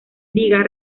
liga